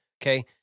Okay